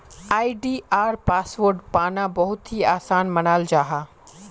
आई.डी.आर password पाना बहुत ही आसान मानाल जाहा